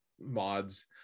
mods